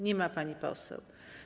Nie ma pani poseł.